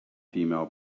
female